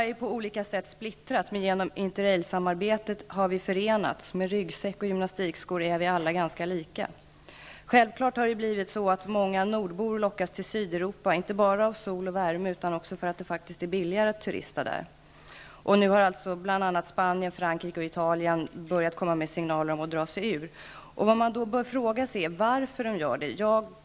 Europa är på olika sätt splittrat, men genom interrailsamarbetet har människor i Europa förenats -- med ryggsäck och gymnastikskor är vi alla ganska lika. Självfallet lockas många nordbor till Sydeuropa, inte bara av sol och värme utan därför att det faktiskt är billigare att turista där. Nu har bl.a. Spanien, Frankrike och Italien kommit med signaler om att börja dra sig ur. Man bör då fråga sig varför de gör det.